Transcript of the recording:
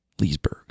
leesburg